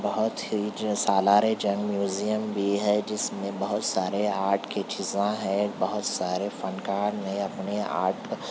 بہت ہی جی سالار جنگ میوزیم بھی ہے جس میں بہت سارے آرٹ کے چیزاں ہیں بہت سارے فنکار نے اپنے آرٹ